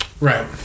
Right